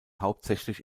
hauptsächlich